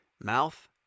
Mouth